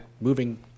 moving